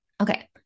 Okay